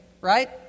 right